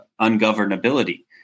ungovernability